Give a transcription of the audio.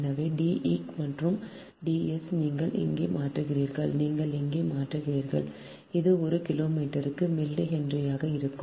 எனவே D eq மற்றும் D s நீங்கள் இங்கே மாற்றுகிறீர்கள் நீங்கள் இங்கே மாற்றுகிறீர்கள் அது ஒரு கிலோமீட்டருக்கு மில்லிஹென்ரியாக இருக்கும்